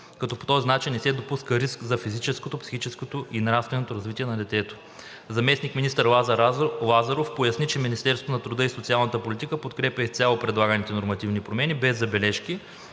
като по този начин не се допуска риск за физическото, психическото и нравственото развитие на детето. Заместник-министър Лазар Лазаров поясни, че Министерството на труда и социалната политика подкрепя изцяло предлаганите нормативни промени без забележки